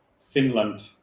Finland